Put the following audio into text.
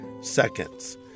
Seconds